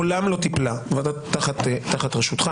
מעולם לא טיפלה הועדה תחת רשותך.